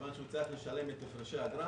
מכיוון שהוא צריך לשלם את הפרשי האגרה.